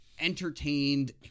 entertained